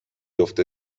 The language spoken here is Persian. افته